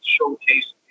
showcase